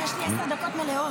כי יש לי עשר דקות מלאות.